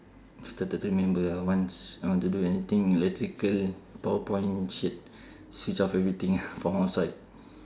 after that remember ah once I want to do anything electrical power point shit switch off everything from outside